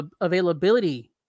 availability